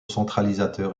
centralisateur